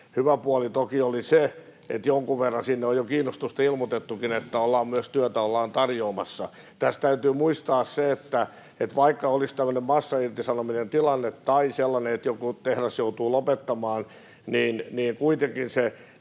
Hyvä puoli toki oli se, että jonkun verran sinne on jo kiinnostusta ilmoitettukin, että ollaan myös työtä tarjoamassa. Tässä täytyy muistaa, että vaikka olisi tämmöinen massairtisanomisen tilanne tai sellainen, että jokin tehdas joutuu lopettamaan, niin kuitenkin se